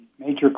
major